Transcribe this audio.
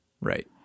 Right